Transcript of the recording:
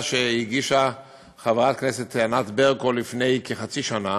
שהגישה חברת הכנסת ענת ברקו לפני כחצי שנה